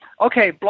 okay